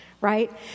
right